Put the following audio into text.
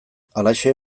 halaxe